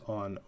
on